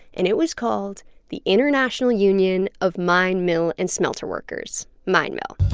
and it was called the international union of mine, mill and smelter workers mine mill